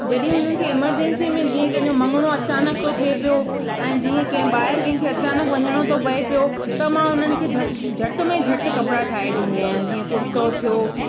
कॾहिं हुननि खे एमरजंसीअ में कंहिंजो मङिड़ो अचानक थो थिए पियो ऐं जीअं कंहिं ॿाहिरि कंहिंखें अचानक वञिणो थो पए पियो त मां उन्हनि खे झटि झटि में झटि कपिड़ा ठाहे ॾींदी आहियां जीअं कुर्तो थियो